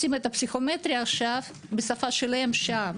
פסיכומטרי עכשיו בשפה שלהם שם,